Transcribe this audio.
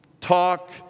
Talk